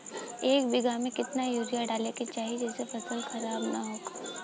एक बीघा में केतना यूरिया डाले के चाहि जेसे फसल खराब ना होख?